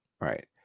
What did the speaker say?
right